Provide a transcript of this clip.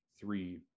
three